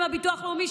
ואם הביטוח הלאומי,